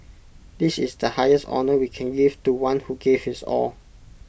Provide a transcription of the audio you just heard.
this is the highest honour we can give to one who gave his all